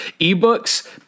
Ebooks